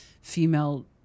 female